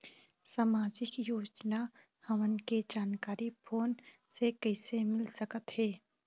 सामाजिक योजना हमन के जानकारी फोन से कइसे मिल सकत हे?